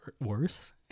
worse